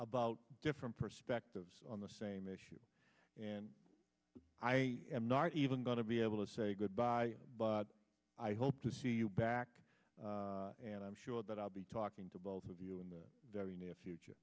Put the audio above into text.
about different perspectives on the same issue and i am not even going to be able to say goodbye but i hope to see you back and i'm sure that i'll be talking to both of you in the very near future